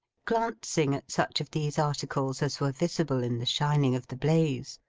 glancing at such of these articles as were visible in the shining of the blaze,